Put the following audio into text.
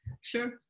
sure